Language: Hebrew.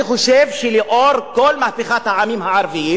אני חושב שלאור מהפכת העמים הערביים,